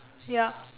yup